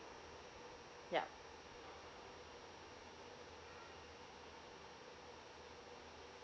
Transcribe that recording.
yup